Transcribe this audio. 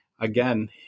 again